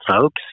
folks